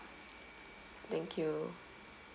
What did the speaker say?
thank you